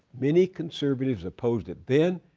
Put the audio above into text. many conservatives opposed it then,